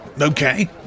Okay